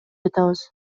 жатабыз